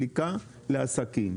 בסליקה לעסקים?